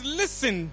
listen